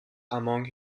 among